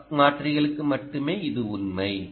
buck மாற்றிகளுக்கு மட்டுமே இது உண்மை